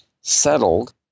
settled